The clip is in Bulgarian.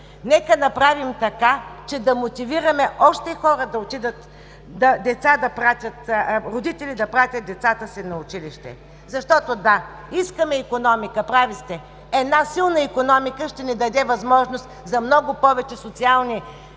Нека направим така, че да мотивираме още хора, родители да пратят децата си на училище. Искаме икономика, прави сте – една силна икономика ще ни даде възможност за много повече социални подходи,